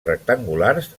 rectangulars